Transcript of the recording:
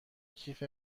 کیف